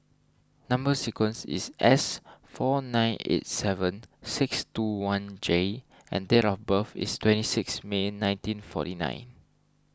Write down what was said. Number Sequence is S four nine eight seven six two one J and date of birth is twenty six May nineteen forty nine